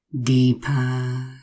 deeper